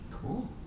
Cool